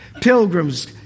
Pilgrims